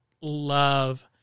love